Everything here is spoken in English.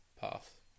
path